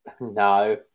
No